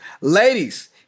Ladies